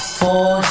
four